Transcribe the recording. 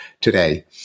today